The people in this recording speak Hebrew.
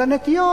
על הנטיות,